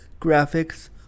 graphics